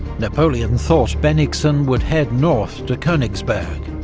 napoleon thought bennigsen would head north to konigsberg,